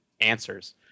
answers